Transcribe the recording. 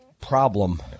problem